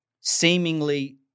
seemingly